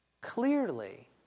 clearly